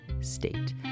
state